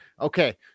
Okay